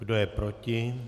Kdo je proti?